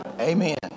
Amen